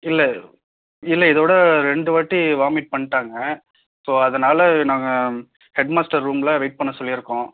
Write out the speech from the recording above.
இல்லை இல்லை இதோட ரெண்டு வாட்டி வாமிட் பண்ணிடாங்க இப்போ அதனால நாங்கள் ஹெட்மாஸ்டர் ரூம்மில் வெயிட் பண்ண சொல்லிருக்கோம்